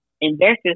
investors